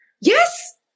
Yes